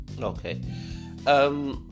Okay